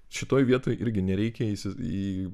šitoj vietoj irgi nereikia įsi į